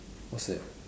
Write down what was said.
what's that